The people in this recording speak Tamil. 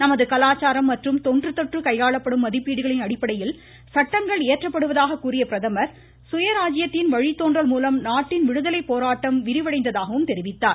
நமது கலாச்சாரம் மற்றும் தொன்றுதொட்டு கையாளப்படும் மதிப்பீடுகளின் அடிப்படையில் சட்டங்கள் இயற்றப்படுவதாக கூறிய பிரதமர் சுயராஜ்ஜியத்தின் வழிதோன்றல் மூலம் நாட்டின் விடுதலைப் போராட்டம் விரிவடைந்ததாகவும் தெரிவித்தார்